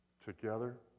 together